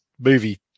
movie